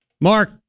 Mark